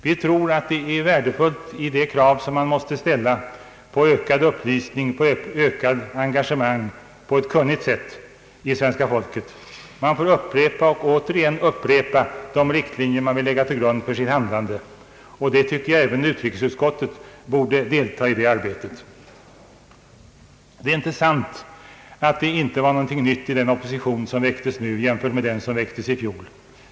Vi tror att det är värdefullt för att kunna uppfylla de krav som det svenska folket måste ställa på ökad upplysning och ökat engagemang på ett kunnigt sätt. Man måste då upprepa och åter upprepa de riktlinjer man vill lägga till grund för sitt handlande. även utrikesutskottet borde delta i detta arbete. Det är inte sant att det inte fanns någonting nytt i den motion som väckts i år jämfört med den som väcktes i fjol.